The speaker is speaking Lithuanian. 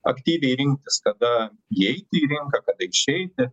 aktyviai rinktis kada įeiti į rinką kada išeiti